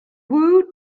woot